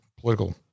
political